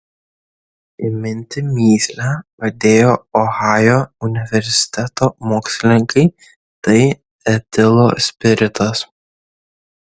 įminti mįslę padėjo ohajo universiteto mokslininkai tai etilo spiritas